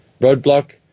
roadblock